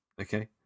okay